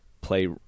play